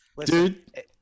dude